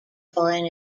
foreign